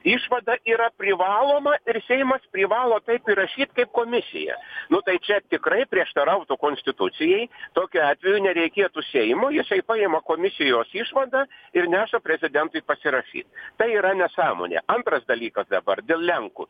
išvada yra privaloma ir seimas privalo taip ir rašyt kaip komisija nu tai čia tikrai prieštarautų konstitucijai tokiu atveju nereikėtų seimo jisai paima komisijos išvadą ir neša prezidentui pasirašyt tai yra nesąmonė antras dalykas dabar dėl lenkų